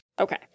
Okay